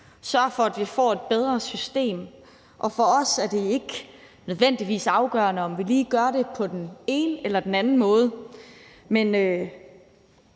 sørger for, at vi får et bedre system. For os er det ikke nødvendigvis afgørende, om vi lige gør det på den ene eller den anden måde.